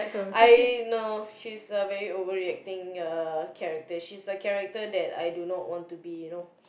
I no she's a very overreacting uh character she is a character that I do not want to be you know